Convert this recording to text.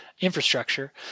infrastructure